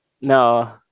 no